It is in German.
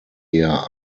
eher